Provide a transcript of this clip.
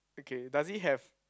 okay does he have